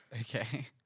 Okay